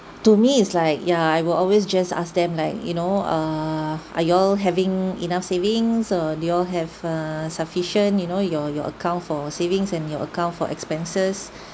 to me is like ya I will always just ask them like you know err are y'all having enough savings or do y'all have err sufficient you know your your account for savings and your account for expenses